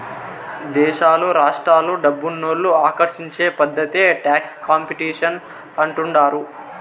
దేశాలు రాష్ట్రాలు డబ్బునోళ్ళు ఆకర్షించే పద్ధతే టాక్స్ కాంపిటీషన్ అంటుండారు